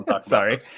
Sorry